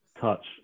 touch